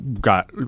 got